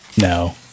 No